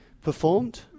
performed